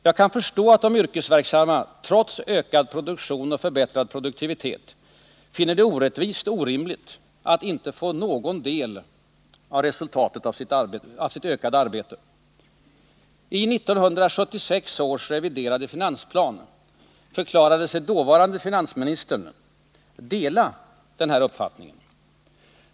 Jag kan förstå att de yrkesverksamma finner det orättvist och orimligt att — trots ökad produktion och förbättrad produktivitet — inte få någon del av resultatet av sitt ökade arbete. I 1976 års reviderade finansplan förklarade sig dåvarande finansministern dela denna uppfattning.